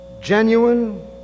genuine